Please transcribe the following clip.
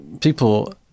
people